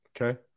Okay